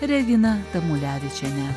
regina tamulevičienė